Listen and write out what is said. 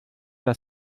der